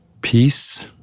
Peace